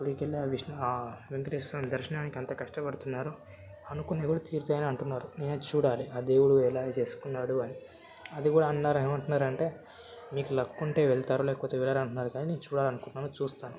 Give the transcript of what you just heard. గుడికెళ్ళి ఆ విష్ణు ఆ వెంకటేశ్వర స్వామి దర్శనానికి ఎంత కష్టపడుతున్నారో అనుకున్నవి కూడా తీరుతాయని అంటున్నారు నేనది చూడాలే ఆ దేవుడు ఎలా చేసుకున్నాడు అని అది కూడా అన్నారు ఏమంటున్నారంటే మీకు లక్కుంటే వెళ్తారు లేకపోతే వెళ్ళరంటున్నారు గానీ నే చూడాలనుకుంటున్నాను చూస్తాను